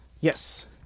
Yes